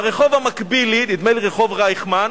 ברחוב המקביל לי, נדמה לי רחוב רייכמן,